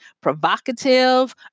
provocative